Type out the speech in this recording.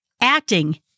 Acting